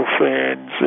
fans